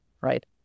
right